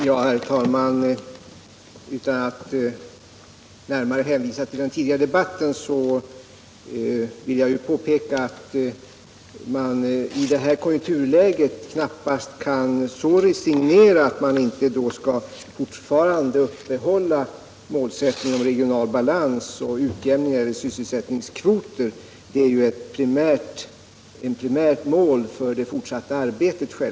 Herr talman! Utan att närmare hänvisa till den tidigare debatten vill jag påpeka att man i det här konjunkturläget knappast kan så resignera att man inte fortfarande skall uppehålla målsättningen om regional balans, och utjämning i sysselsättningskvoter är självklart ett primärt mål för det fortsatta arbetet.